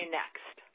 next